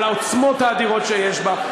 על העוצמות האדירות שיש בה,